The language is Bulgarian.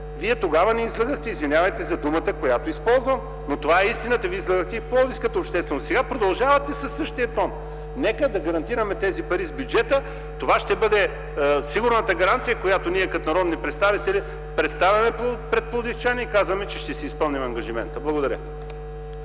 Вие тогава ни излъгахте – извинявайте за думата, която използвам, но това е истината. Вие излъгахте и пловдивската общественост. Сега продължавате със същия тон. Нека да гарантираме тези пари с бюджета – това ще бъде сигурната гаранция, която ние като народни представители представяме пред пловдивчани и казваме, че ще си изпълним ангажимента. Благодаря.